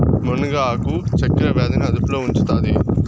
మునగ ఆకు చక్కర వ్యాధి ని అదుపులో ఉంచుతాది